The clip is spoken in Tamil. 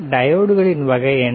டையோட்களின் வகை என்ன